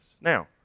Now